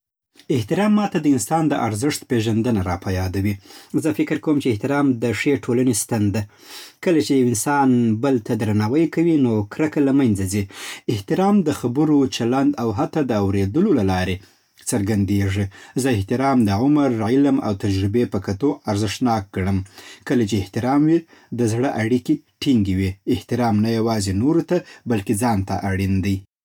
احترام ماته د انسان د ارزښت پېژندنه راپه یادوي. زه فکر کوم چې احترام د ښې ټولنې ستن ده. کله چې یو انسان بل ته درناوی کوي، نو کرکه له منځه ځي. احترام د خبرو، چلند او حتی د اورېدلو له لارې څرګندېږي. زه احترام د عمر، علم او تجربې په کتو ارزښتناک ګڼم. کله چې احترام وي، د زړه اړیکې ټینګې وي. احترام نه یوازې نورو ته، بلکې ځان ته هم اړین دی.